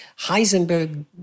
Heisenberg